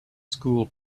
school